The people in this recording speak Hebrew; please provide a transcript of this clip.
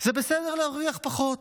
זה בסדר להרוויח פחות.